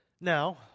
Now